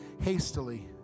hastily